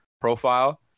profile